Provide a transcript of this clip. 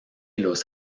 los